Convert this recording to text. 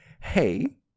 hey